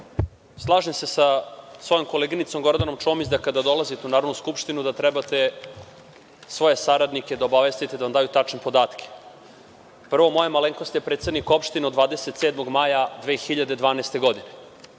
slažem se sa svojom koleginicom Gordanom Čomić da kada dolazite u Narodnu skupštinu treba svoje saradnike da obavestite da vam daju tačne podatke ovde. Prvo, moja malenkost je predsednik opštine od 27. maja 2012. godine.